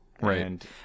right